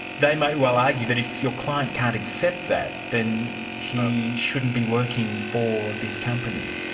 they may well argue that if your client can't accept that, then he shouldn't be working for this company.